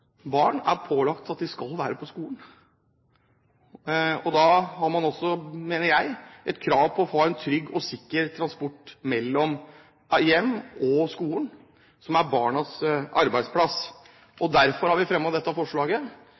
man også har et krav på å få en trygg og sikker transport mellom hjemmet og skolen, som er barnas arbeidsplass. Derfor har vi fremmet dette forslaget.